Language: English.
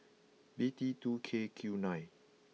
B T two K Q nine